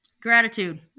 gratitude